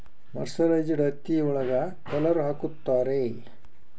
mercerised ಹತ್ತಿ ಒಳಗ colour ಹಾಕುತ್ತಾರೆ